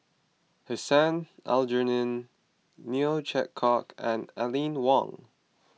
Hussein Aljunied Neo Chwee Kok and Aline Wong